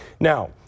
Now